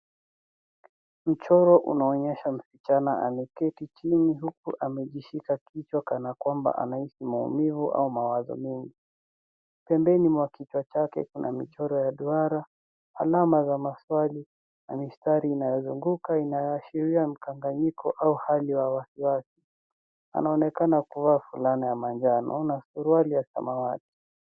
Mchoro unaonyesha msichana ameketi chini huku amejishika kichwa kana kwamba anaishi maumivu au mawazo mengi. Pembeni mwa kichwa chake kuna michoro ya duara, alama za maswali na mistari inayozunguka inayoashiria mkanganyiko au hali ya wasiwasi. Anaonekana kuwa fulani ya manjano na suruali ya samawati.